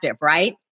right